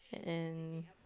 and